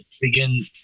begin